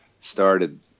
started